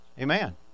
Amen